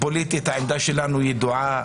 פוליטית, העמדה שלנו ידועה.